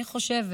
אני חושבת